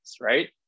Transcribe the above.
right